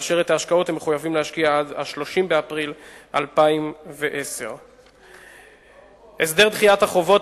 ואת ההשקעות הם מחויבים להשקיע עד 30 באפריל 2010. הסדר דחיית החובות,